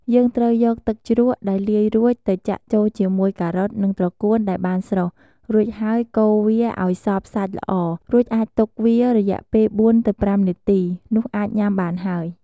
យើងត្រូវយកទឹកជ្រក់ដែលលាយរួច ទៅចាក់ចូលជាមួយការ៉ុត និងត្រកួនដែលបានស្រុះ រួចហើយ កូរវាឱ្យសព្វសាច់ល្អ រួចអាចទុកវារយៈពេល ៤-៥ នាទី នោះអាចញ៉ាំបានហើយ។